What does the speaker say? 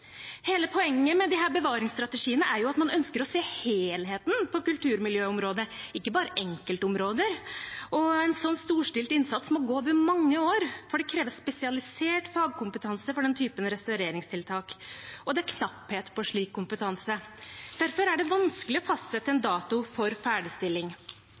Hele poenget med disse bevaringsstrategiene er jo at man ønsker å se helheten på kulturmiljøområdet, ikke bare enkeltområder. En så storstilt innsats må gå over mange år, for det kreves spesialisert fagkompetanse for denne typen restaureringstiltak, og det er knapphet på slik kompetanse. Derfor er det vanskelig å fastsette en dato for ferdigstilling.